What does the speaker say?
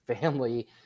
family